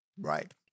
Right